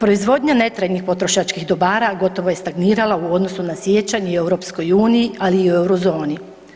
Proizvodnja netrajnih potrošačkih dobara gotovo je stagnirala u odnosu na siječanj u EU-u ali i u Euro zoni.